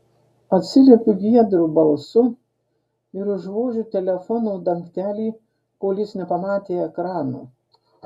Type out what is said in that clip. atsiliepiu giedru balsu ir užvožiu telefono dangtelį kol jis nepamatė ekrano